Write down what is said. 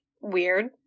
weird